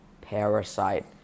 Parasite